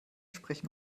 sprechen